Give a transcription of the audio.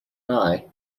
deny